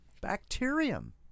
bacterium